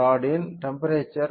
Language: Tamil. ராட்டின் டெம்ப்பெரேச்சர் 10